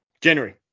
January